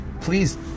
please